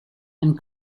and